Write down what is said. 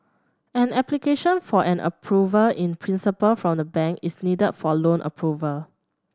an application for an Approval in Principle from the bank is needed for loan approval